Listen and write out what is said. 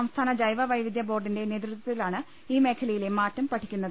സംസ്ഥാന ജൈവ വൈവിധൃ ബോർഡിന്റെ നേതൃത്വ ത്തിലാണ് ഈ മേഖലയിലെ മാറ്റം പഠിക്കുന്നത്